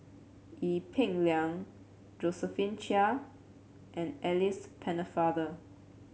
Ee Peng Liang Josephine Chia and Alice Pennefather